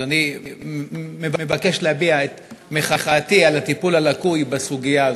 אז אני מבקש להביע את מחאתי על הטיפול הלקוי בסוגיה זו.